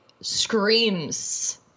screams